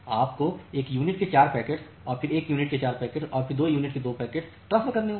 आपको एक यूनिट के 4 पैकेट्स और फिर 1 यूनिट के 4 पैकेट्स और फिर 2 यूनिट के 2 पैकेट्स ट्रांसफर करने होंगे